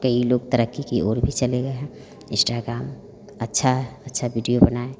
कई लोग तरक्की की ओर भी चले गए हैं इस्टाग्राम अच्छा अच्छा विडियो बनाए